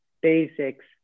basics